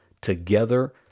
together